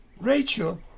Rachel